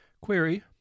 Query